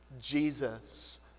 Jesus